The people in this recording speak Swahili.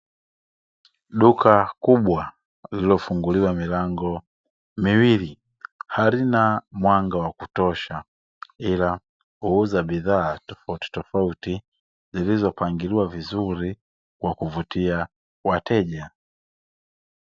Duka kubwa lililofunguliwa milango miwili halina mwanga wa kutosha, ila huuza bidhaa tofautitofauti zilizopangiliwa vizuri kwa kuvutia wateja.